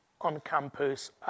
on-campus